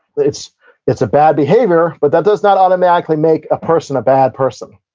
it's it's a bad behavior, but that does not automatically make a person a bad person.